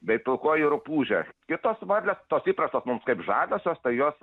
bei pilkoji rupūžė kitos varlės tos įprastos mums kaip žaliosios tai jos